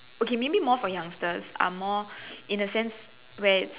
okay maybe more for youngsters I'm more in a sense where it's